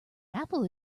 apple